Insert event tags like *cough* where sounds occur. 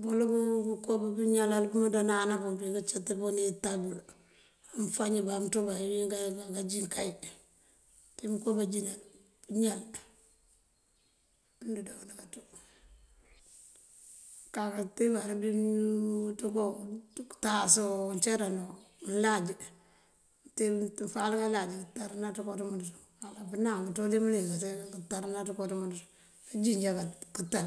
búwëlu búko bëëñalal bëëmëënţándanabun búbí këëncët búnitab bël. Mëëfañëbá amëënţú bël këëwín kaloŋ kánjin kay, ţí mëënko báanjínal pëëñal *hesitation* uwúndo kaţú. Mëënkaka mëëntibar *hesitation* ţënko, táaso cáranu mëëlaj *hesitation* mëëfal mëëlaj kántërëná ţënko ţëëmëënţ ţun. Uwala pënam këënţú dí mëlik këëntërëná ţënko ţëëmëënţ ţun këënjínjab këëntër.